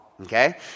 okay